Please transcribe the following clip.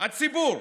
הציבור.